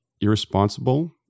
irresponsible